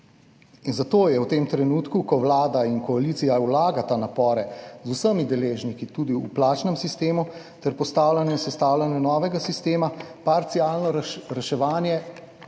In zato je v tem trenutku, ko Vlada in koalicija vlagata napore z vsemi deležniki, tudi v plačnem sistemu ter postavljanju in sestavljanju novega sistema, parcialno reševanje